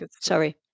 sorry